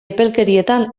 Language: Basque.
epelkerietan